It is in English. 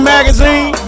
Magazine